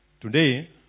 today